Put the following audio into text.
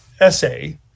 essay